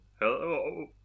hello